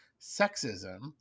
sexism